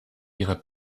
ihrer